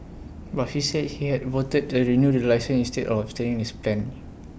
but she said he had voted to renew the licence instead of abstaining as planned